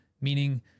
meaning